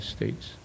States